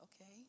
okay